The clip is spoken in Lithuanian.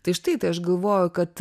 tai štai tai aš galvoju kad